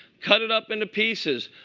cut it up into pieces.